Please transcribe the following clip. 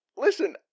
Listen